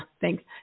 thanks